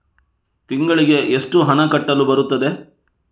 ತಿಂಗಳಿಗೆ ಎಷ್ಟು ಹಣ ಕಟ್ಟಲು ಬರುತ್ತದೆ?